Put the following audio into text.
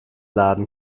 laden